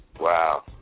Wow